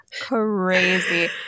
Crazy